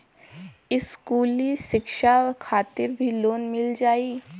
इस्कुली शिक्षा खातिर भी लोन मिल जाई?